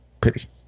pity